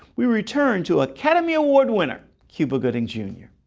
we return to academy-award winner cuba gooding, jr.